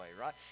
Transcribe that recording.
right